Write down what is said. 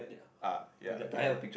ah ya okay so